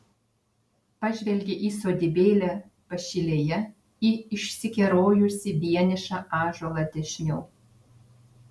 pažvelgė į sodybėlę pašilėje į išsikerojusį vienišą ąžuolą dešiniau